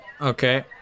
okay